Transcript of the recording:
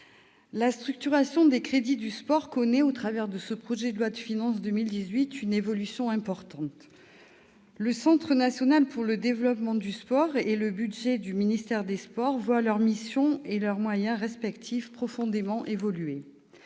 la structuration des crédits du sport connaît, au travers de ce projet de loi de finances pour 2018, une évolution importante. Le CNDS et le budget du ministère des sports voient leurs missions et leurs moyens respectifs profondément évoluer.